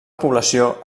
població